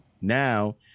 now –